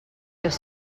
els